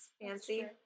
fancy